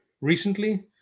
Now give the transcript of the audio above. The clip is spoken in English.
Recently